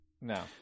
No